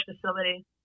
facility